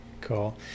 Cool